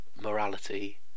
morality